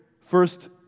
first